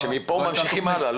שמפה ממשיכים הלאה,